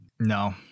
No